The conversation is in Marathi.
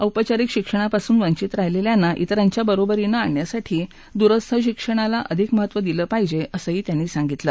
औपचारिक शिक्षणापासून वंघित राहिलेल्यांनाही विरांच्या बरोबरीला आणण्यासाठी दूरस्थ शिक्षणाला अधिक महत्त्व दिलं पाहिजे असं राज्यपालांनी सांगितलं